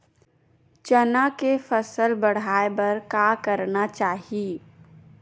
चना के फसल बढ़ाय बर का करना चाही?